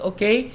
Okay